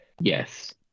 Yes